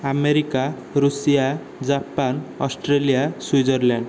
America Russia Japan Australia Switzerland